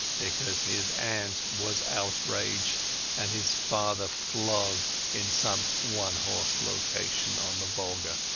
because his aunt was outraged and his father flogged in some one-horse location on the volga a